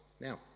Now